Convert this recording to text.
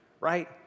right